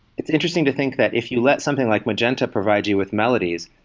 it's interesting to think that if you let something like magenta provide you with melodies,